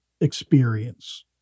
experience